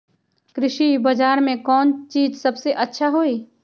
कृषि बजार में कौन चीज सबसे अच्छा होई?